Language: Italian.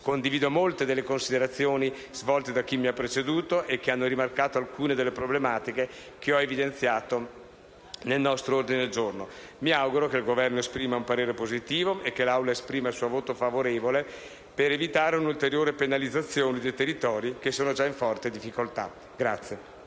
Condivido molte delle considerazioni svolte da chi mi ha preceduto e che hanno rimarcato alcune delle problematiche che ho evidenziato nel nostro ordine del giorno. Mi auguro che il Governo accolga tale ordine del giorno o che l'Aula esprima il suo voto favorevole per evitare una ulteriore penalizzazione di territori che sono già in forte difficoltà.